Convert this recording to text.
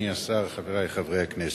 אדוני השר, חברי חברי הכנסת,